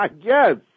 Yes